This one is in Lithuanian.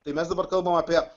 tai mes dabar kalbam apie